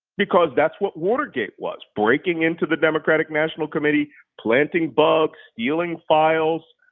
because that's what watergate was breaking into the democratic national committee, planting bugs, stealing files,